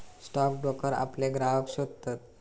stock broker आपले ग्राहक शोधतत